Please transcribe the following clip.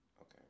Okay